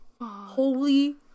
Holy-